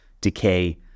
decay